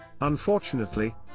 Unfortunately